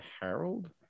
harold